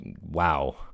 Wow